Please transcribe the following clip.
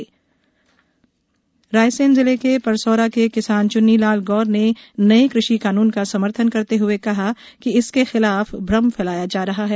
कृषि कानून किसान रायसेन जिले के परसौरा के किसान चुन्नीलाल गौर ने नए कृषि कानून का समर्थन करते हुए कहा कि इसके खिलाफ भ्रम फैलाया जा रहा है